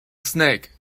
snake